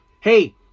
Hey